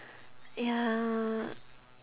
ya